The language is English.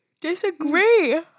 Disagree